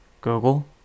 Google